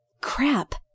Crap